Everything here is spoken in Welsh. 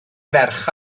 ferch